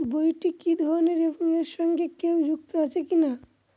বইটি কি ধরনের এবং এর সঙ্গে কেউ যুক্ত আছে কিনা?